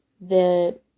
The-